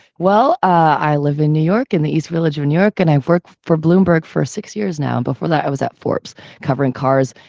well, i live in new york, in the east village of new and york, and i work for bloomberg for six years now. before that, i was at forbes covering cars.